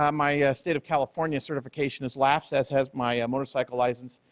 um my ah state of california certification has lapsed, as has my motorcycle license.